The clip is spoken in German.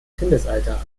kindesalter